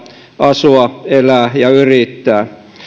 asua elää ja yrittää